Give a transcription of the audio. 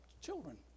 children